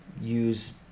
use